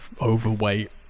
overweight